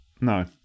No